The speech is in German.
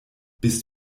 bist